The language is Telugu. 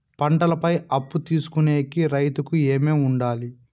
పంటల పై అప్పు తీసుకొనేకి రైతుకు ఏమేమి వుండాలి?